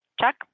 Chuck